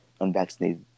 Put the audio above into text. unvaccinated